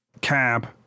cab